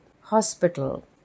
hospital